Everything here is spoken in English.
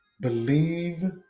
believe